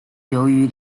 由于